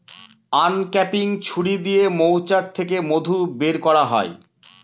uncapping ছুরি দিয়ে মৌচাক থেকে মধু বের করা হয়